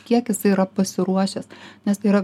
kiek jis yra pasiruošęs nes tai yra